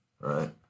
right